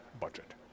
budget